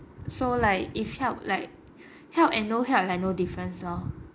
so like if help like help and no help like no difference lor